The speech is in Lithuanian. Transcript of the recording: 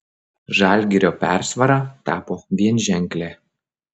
žalgirio persvara tapo vienženklė